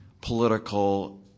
political